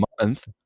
month